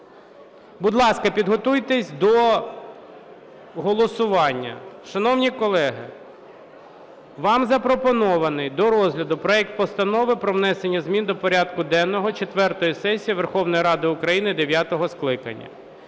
Будь ласка, підготуйтесь до голосування. Шановні колеги, вам запропонований до розгляду проект Постанови про внесення змін до порядку денного четвертої сесії Верховної Ради України дев'ятого скликання.